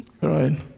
Right